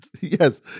Yes